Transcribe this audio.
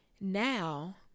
Now